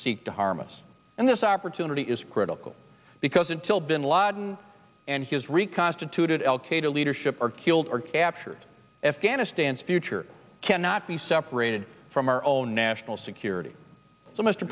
seek to harm us and this opportunity is critical because until bin laden and his reconstituted al qaeda leadership are killed or captured afghanistan's future cannot be separated from our own national security s